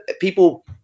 people